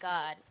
God